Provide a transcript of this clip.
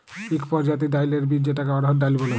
ইক পরজাতির ডাইলের বীজ যেটাকে অড়হর ডাল ব্যলে